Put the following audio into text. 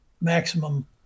maximum